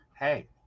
Hey